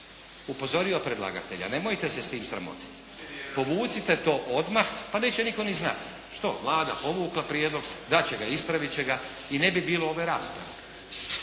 upozorio predlagatelja, nemojte se sa tim sramotiti, povucite to odmah pa neće nitko ni znati. Što, Vlada povukla prijedlog, dati će ga, ispraviti će ga i ne bi bilo ove rasprave.